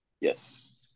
Yes